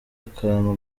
akantu